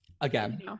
again